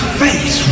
face